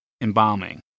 embalming